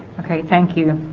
okay thank you